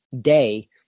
day